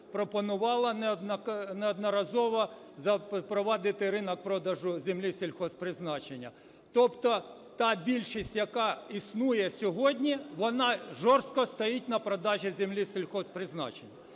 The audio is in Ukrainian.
пропонувала неодноразово запровадити ринок продажу землі сільгосппризначення. Тобто та більшість, яка існує сьогодні, вона жорстко стоїть на продажі землі сільгосппризначення.